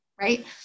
right